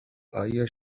آیا